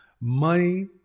Money